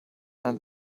and